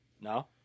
No